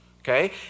Okay